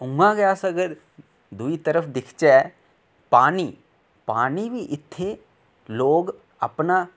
उयां गै अस अगर दूई तरफ दिखचै पानी पानी भी इत्थै लोक अपना